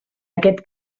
aquest